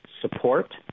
support